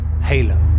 halo